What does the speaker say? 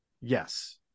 Yes